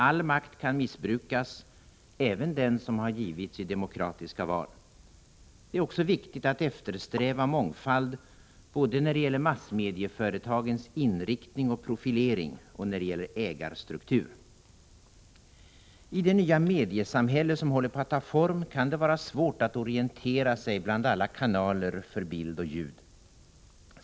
All makt kan missbrukas, även den som givits i demokratiska val. Det är också viktigt att eftersträva mångfald både när det gäller massmedieföretagens inriktning och profilering och när det gäller ägarstruktur. I det nya mediesamhälle som håller på att ta form kan det vara svårt att orientera sig bland alla kanaler för bild och ljud.